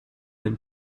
been